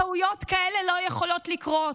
טעויות כאלה לא יכולות לקרות.